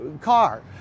car